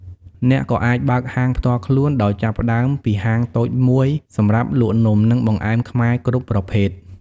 អ្នកក៏អាចបើកហាងផ្ទាល់ខ្លួន ដោយចាប់ផ្ដើមពីហាងតូចមួយសម្រាប់លក់នំ និងបង្អែមខ្មែរគ្រប់ប្រភេទ។